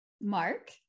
Mark